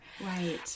Right